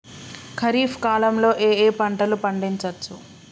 ఖరీఫ్ కాలంలో ఏ ఏ పంటలు పండించచ్చు?